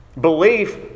Belief